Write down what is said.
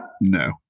No